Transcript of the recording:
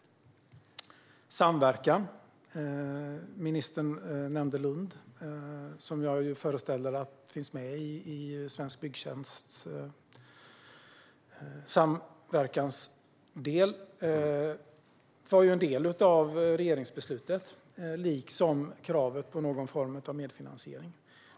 Vad gäller samverkan nämnde ministern Lund, som jag föreställer mig finns med i Svensk Byggtjänsts samverkansdel. Det var ju en del av regeringsbeslutet, liksom kravet på någon form av medfinansiering.